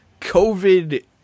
COVID